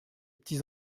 petits